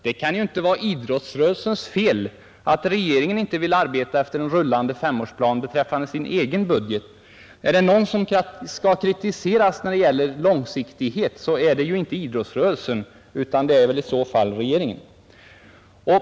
Det kan ju inte vara idrottsrörelsens fel att regeringen inte vill arbeta efter en rullande femårsplan beträffande sin egen budget. Är det någon som skall kritiseras när det gäller långsiktighet är det inte idrottsrörelsen utan i så fall regeringen.